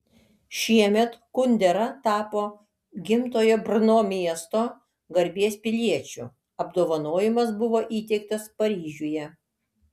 šiemet kundera tapo gimtojo brno miesto garbės piliečiu apdovanojimas buvo įteiktas paryžiuje